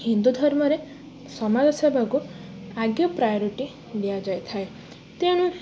ହିନ୍ଦୁ ଧର୍ମରେ ସମାଜ ସେବାକୁ ଆଗେ ପ୍ରାୟୋରିଟି ଦିଆଯାଇଥାଏ ତେଣୁ